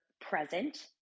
present